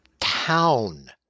town